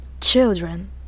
Children